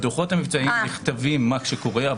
בדוחות המבצעיים כותבים מה שקורה,